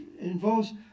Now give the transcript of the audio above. involves